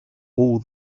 all